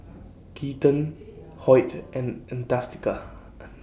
Keaton Hoyt and Adastacia